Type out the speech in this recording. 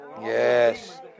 Yes